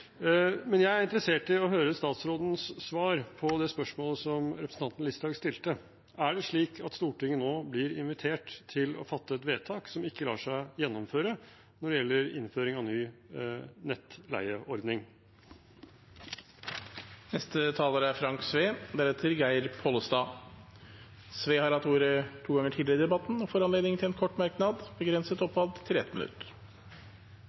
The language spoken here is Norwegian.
Jeg er interessert i å høre statsrådens svar på det spørsmålet representanten Listhaug stilte. Er det slik at Stortinget nå blir invitert til å fatte et vedtak som ikke lar seg gjennomføre når det gjelder innføring av ny nettleieordning? Representanten Frank Edvard Sve har hatt ordet to ganger tidligere og får ordet til en kort merknad, begrenset til 1 minutt.